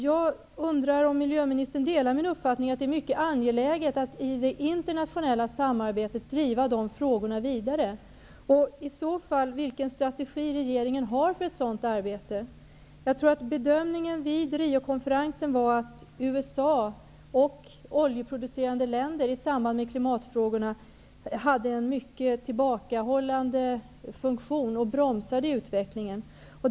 Jag undrar om miljöministern delar min uppfattning, att det är mycket angeläget att i det internationella samarbetet driva de frågorna vidare, och vilken strategi regeringen i så fall har för ett sådant arbete. Jag tror att bedömningen vid Riokonferensen var att USA och oljeproducerande länder i samband med klimatfrågorna hade en mycket tillbakahållande funktion och bromsade utvecklingen.